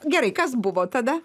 gerai kas buvo tada